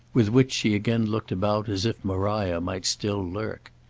with which she again looked about as if maria might still lurk.